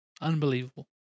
Unbelievable